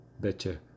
better